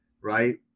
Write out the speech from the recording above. right